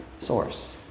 source